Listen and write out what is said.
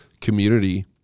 community